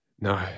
No